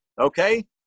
Okay